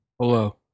Hello